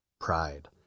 pride